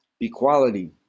equality